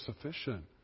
sufficient